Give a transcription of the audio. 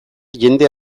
jende